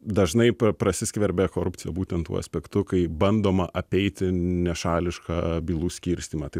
dažnai prasiskverbia korupcija būtent tuo aspektu kai bandoma apeiti nešališką bylų skirstymą tai